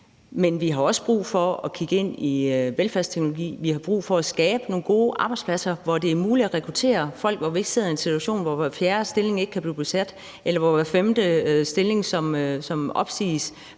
men vi har også brug for at kigge ind i velfærdsteknologi. Vi har brug for at skabe nogle gode arbejdspladser, hvor det er muligt at rekruttere folk, og hvor vi ikke sidder i en situation, hvor hver fjerde stilling ikke kan blive besat, eller hvor hver femte stilling, som opsiges,